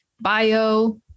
bio